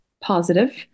positive